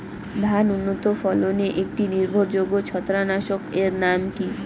ধান উন্নত ফলনে একটি নির্ভরযোগ্য ছত্রাকনাশক এর নাম কি?